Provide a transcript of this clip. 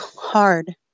hard